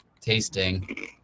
tasting